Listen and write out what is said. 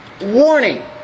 warning